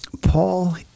Paul